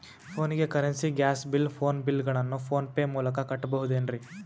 ಫೋನಿಗೆ currency, gas bill, phone bill ಗಳನ್ನು PhonePe ಮೂಲಕ ಕಟ್ಟಬಹುದೇನ್ರಿ?